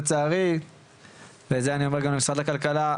לצערי ואת זה אני אומר גם למשרד הכלכלה,